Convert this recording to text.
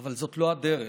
אבל זאת לא הדרך.